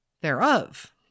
thereof